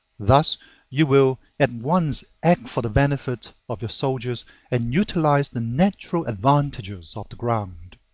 thus you will at once act for the benefit of your soldiers and utilize the natural advantages of the ground.